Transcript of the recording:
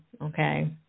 okay